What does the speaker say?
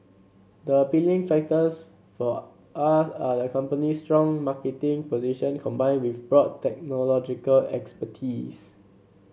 the appealing factors for us are the company's strong marketing position combined with broad technological expertise